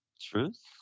truth